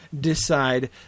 decide